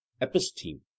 episteme